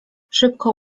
szybko